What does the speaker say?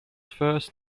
first